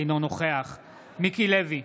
אינו נוכח מיקי לוי,